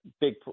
big